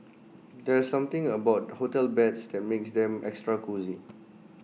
there's something about hotel beds that makes them extra cosy